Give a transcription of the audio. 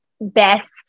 best